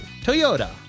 Toyota